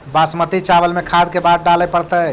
बासमती चावल में खाद के बार डाले पड़तै?